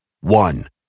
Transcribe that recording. One